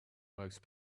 most